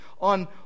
On